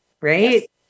right